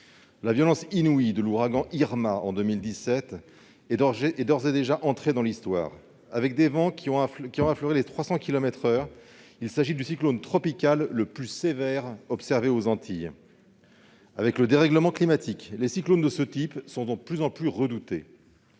La violence inouïe de l'ouragan Irma en 2017 est d'ores et déjà entrée dans l'histoire. Avec des vents qui ont effleuré les 300 kilomètres-heure, il s'agit du cyclone tropical le plus sévère observé aux Antilles. Les cyclones de ce type sont de plus en plus à redouter